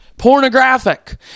pornographic